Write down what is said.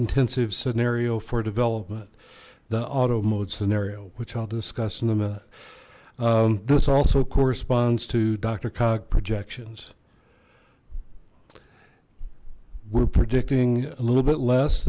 intensive scenario for development the auto mode scenario which i'll discuss in a minute this also corresponds to doctor cox projections we're predicting a little bit less